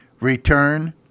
return